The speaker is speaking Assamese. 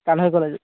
কানৈ কলেজ